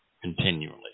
continually